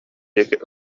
диэки